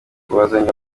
kubazanira